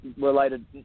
related